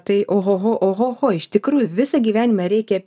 tai oho oho iš tikrųjų visą gyvenimą reikia